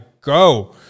go